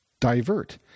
divert